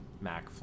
Mac